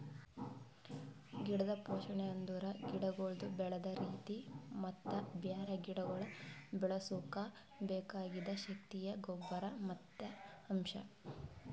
ಗಿಡದ್ ಪೋಷಣೆ ಅಂದುರ್ ಗಿಡಗೊಳ್ದು ಬೆಳದ್ ರೀತಿ ಮತ್ತ ಬ್ಯಾರೆ ಗಿಡಗೊಳ್ ಬೆಳುಸುಕ್ ಬೆಕಾಗಿದ್ ಶಕ್ತಿಯ ಗೊಬ್ಬರ್ ಮತ್ತ್ ಅಂಶ್